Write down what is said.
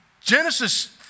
Genesis